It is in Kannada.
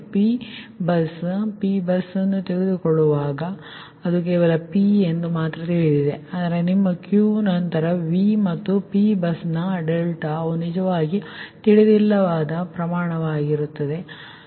ಮತ್ತು P ಬಸ್ ನೀವು P ಬಸ್ ಅನ್ನು ತೆಗೆದುಕೊಳ್ಳುವಾಗ ಅದು ಕೇವಲ P ಮಾತ್ರ ತಿಳಿದಿದೆ ಸರಿ ಆದರೆ ನಿಮ್ಮ Q ನಂತರ V ಮತ್ತು P ಬಸ್ನ ಅವು ನಿಜವಾಗಿ ತಿಳಿದಿಲ್ಲದ ಪ್ರಮಾಣಗಳಾಗಿವೆ ಸರಿ